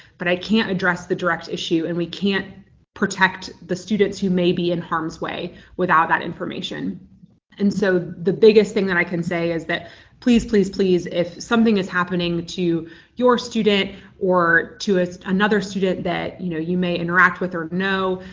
but i can't address the direct issue and we can't protect the students who may be in harm's way without that information and so the biggest thing that i can say is that please, please, please, if something is happening to your student or to a another student that you know you may interact with or know,